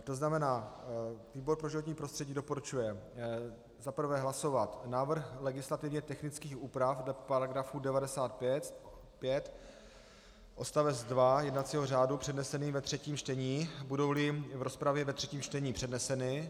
To znamená, výbor pro životní prostředí doporučuje za prvé hlasovat návrh legislativně technických úprav dle § 95 odst. 2 jednacího řádu přednesený ve třetím čtení, budouli v rozpravě ve třetím čtení předneseny.